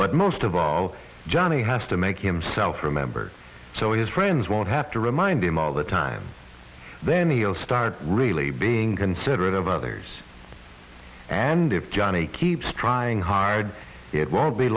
but most of all johnny has to make himself remember so his friends won't have to remind him all the time then he'll start really being considerate of others and if johnny keeps trying hard it won't be